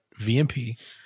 VMP